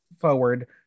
forward